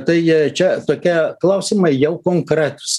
tai čia tokie klausimai jau konkretūs